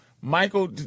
Michael